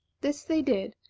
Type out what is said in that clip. this they did,